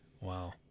Wow